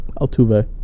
Altuve